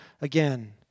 again